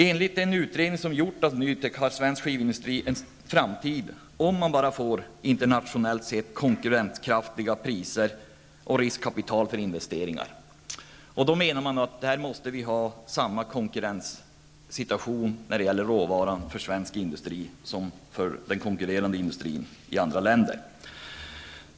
Enligt en utredning som har gjorts av NUTEK har svensk skivindustri en framtid om den bara får internationellt konkurrenskraftiga priser och riskkapital för investeringar. Man menar att vi måste ha samma konkurrenssituation för råvaran i svensk industri som industrin i andra länder.